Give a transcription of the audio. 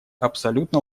абсолютно